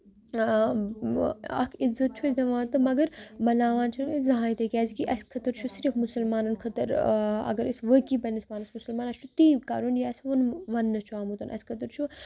اکھ عزت چھُ اَسہِ دِوان تہٕ مَگر مَناوان چھِ نہٕ أسۍ زٕہنۍ تہِ کیازِ کہِ اَسہِ خٲطرٕ چھُ صرف مُسلمانن خٲطرٕ اَگر أسۍ واقی پَنٕنِس پانَس مُسلمان اسہِ چھُ تی کَرُن یہِ اَسہِ وون وَننہٕ چھُ آمُت اَسہِ خٲطرٕ چھُ